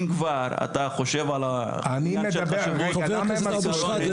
לא, אם כבר בוא תתחיל עם איך שמחקו אתכם.